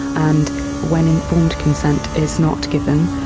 and when informed consent is not given,